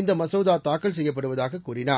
இந்த மசோதா தாக்கல் செய்யப்படுவதாக கூறினார்